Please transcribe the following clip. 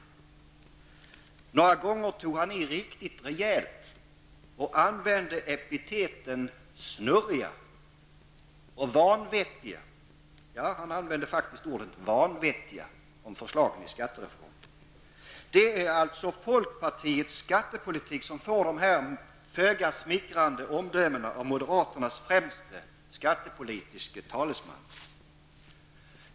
Några gånger tog han i riktigt rejält och använde epiteten ''snurriga'' och ''vanvettiga''. Ja, han använde faktistk ordet ''vanvettiga''. Det är alltså folkpartiets skattepolitik som får dessa föga smickrande omdömen av moderaternas främste skattepolitiske talesman.